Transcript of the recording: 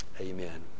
Amen